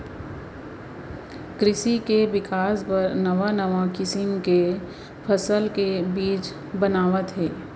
कृसि के बिकास बर नवा नवा किसम के फसल के बीज बनावत हें